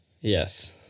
Yes